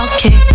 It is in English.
Okay